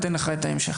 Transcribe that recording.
אני אתן לך את ההמשך.